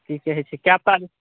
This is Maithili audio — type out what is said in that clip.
कि कहै छै कै तारिख